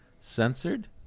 censored